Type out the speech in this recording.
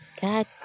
God